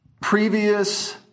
previous